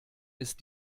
ist